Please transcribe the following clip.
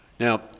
Now